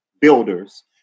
builders